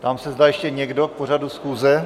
Ptám se, zda ještě někdo k pořadu schůze?